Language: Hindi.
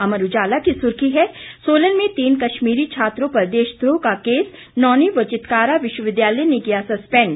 अमर उजाला की सुर्खी है सोलन में तीन कश्मीरी छात्रों पर देशद्रोह का केस नौणी व चितकारा विश्वविद्यालय ने किया सस्पेंड